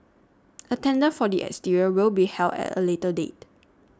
a tender for the exterior will be held at a later date